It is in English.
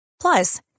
Plus